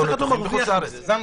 זה, מלכיאלי?